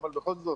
אבל בכל זאת